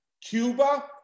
Cuba